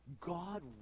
God